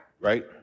Right